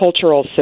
cultural